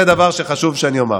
זה דבר שחשוב שאומר.